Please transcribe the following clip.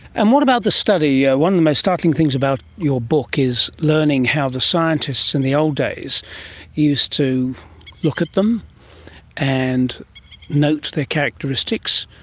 and what about the study? ah one of the most startling things about your book is learning how the scientists in the old days used to look at them and note their characteristics,